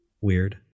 weird